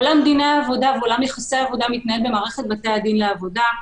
עולם דיני העבודה ועולם יחסי העבודה מתנהל במערכת בתי הדין לעבודה.